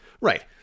Right